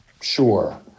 sure